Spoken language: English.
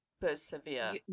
persevere